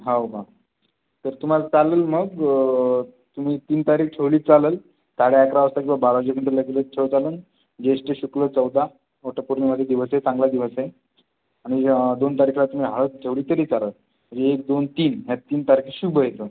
हो का तर तुम्हाला चालेल मग तुम्ही तीन तारीख ठेवली चालेल साडे अकरा वाजता किंवा बारा वाजेपर्यंत लगोलग ठेवताना ज्येष्ठ शुक्ल चौदा वटपौर्णिमाचा दिवस आहे चांगला दिवस आहे आणि दोन तारखेला तुम्ही हळद ठेवली तरी चालेल म्हणजे एक दोन तीन ह्या तीन तारीख शुभ आहे एकदम